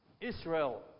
Israel